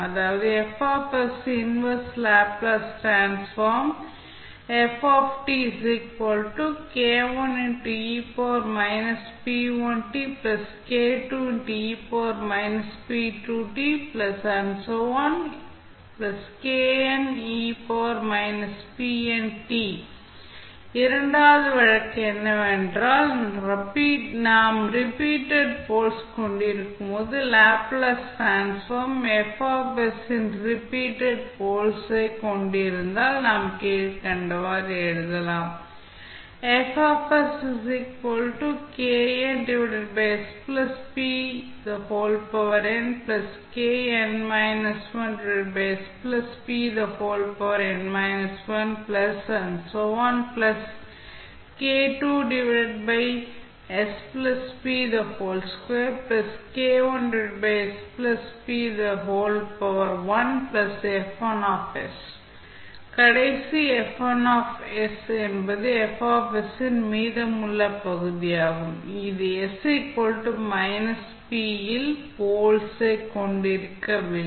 அதாவது F inverse Laplace transform இரண்டாவது வழக்கு என்னவென்றால் நாம் ரிப்பீட்டட் போல்ஸ் கொண்டிருக்கும்போது லேப்ளேஸ் டிரான்ஸ்ஃபார்ம் F ல் n ரிப்பீட்டட் போல்ஸ் ஐ கொண்டிருந்தால் நாம் கீழ்கண்டவாறு எழுதலாம் கடைசி என்பது இன் மீதமுள்ள பகுதியாகும் இது s −p இல் போல்ஸ் ஐ கொண்டிருக்கவில்லை